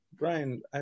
Brian